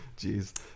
Jeez